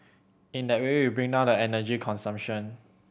in that way we bring down the energy consumption